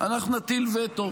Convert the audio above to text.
אנחנו נטיל וטו,